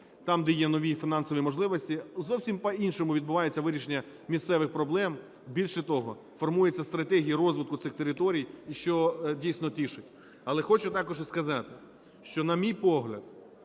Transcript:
там, де є нові фінансові можливості, зовсім по-іншому відбувається вирішення місцевих проблем. Більше того, формується стратегія розвитку цих територій, що дійсно тішить. Але хочу також і сказати, що, на мій погляд,